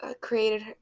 created